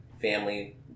Family